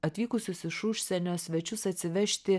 atvykusius iš užsienio svečius atsivežti